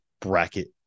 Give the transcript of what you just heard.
bracket